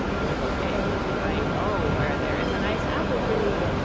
little pig, i know where there is a nice apple-tree.